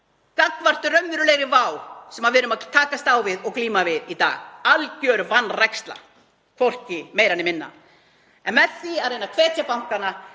gagnvart raunverulegri vá sem við erum að takast á við og glíma við í dag, alger vanræksla, hvorki meira né minna. Með því að reyna að hvetja bankana